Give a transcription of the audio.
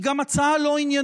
היא גם הצעה לא עניינית,